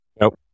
Nope